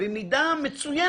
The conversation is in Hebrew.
עבודה מאוד רצינית ומאוד מסודרת.